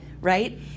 right